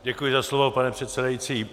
Děkuji za slovo, pane předsedající.